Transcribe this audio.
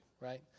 right